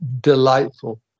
delightful